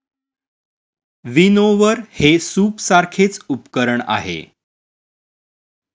विनओवर हे सूपसारखेच उपकरण आहे